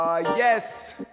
Yes